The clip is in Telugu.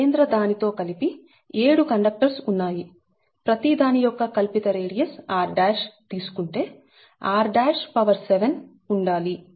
కేంద్ర దానితో కలిపి 7 కండక్టర్స్ ఉన్నాయి ప్రతి దాని యొక్క కల్పిత రేడియస్ r తీసుకుంటే r7 ఉండాలి